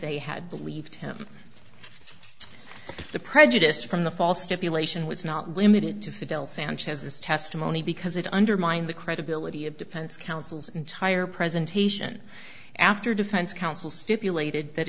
they had believed him the prejudice from the false stipulation was not limited to fidel sanchez's testimony because it undermines the credibility of defense counsel's entire presentation after defense counsel stipulated that